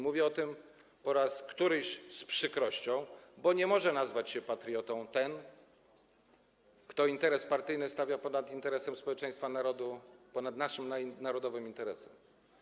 Mówię o tym po raz któryś z przykrością, bo nie może nazwać się patriotą ten, kto interes partyjny stawia ponad interesem społeczeństwa, narodu, ponad naszym narodowym interesem.